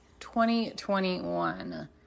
2021